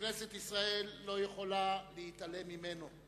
שכנסת ישראל לא יכולה להתעלם ממנו.